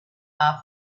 half